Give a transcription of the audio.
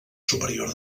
superior